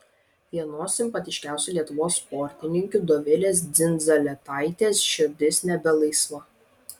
vienos simpatiškiausių lietuvos sportininkių dovilės dzindzaletaitės širdis nebe laisva